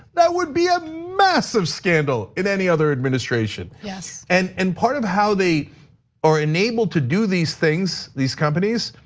that would be a massive scandal in any other administration. yes. and and part of how they are enabled to do these things, these companies,